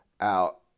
out